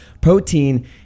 Protein